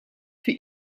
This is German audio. für